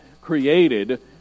created